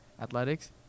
Athletics